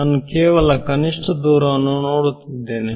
ನಾನು ಕೇವಲ ಕನಿಷ್ಠ ದೂರವನ್ನು ನೋಡುತ್ತಿದ್ದೇನೆ